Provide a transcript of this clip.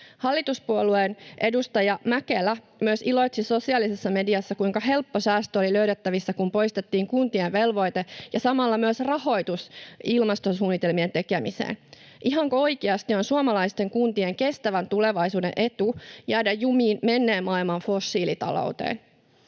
Hallituspuolueen edustaja Mäkelä myös iloitsi sosiaalisessa mediassa, kuinka helppo säästö oli löydettävissä, kun poistettiin kuntien velvoite ja samalla myös rahoitus ilmastosuunnitelmien tekemiseen. Ihanko oikeasti on suomalaisten kuntien kestävän tulevaisuuden etu jäädä jumiin menneen maailman fossiilitalouteen?